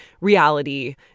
reality